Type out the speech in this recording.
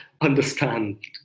understand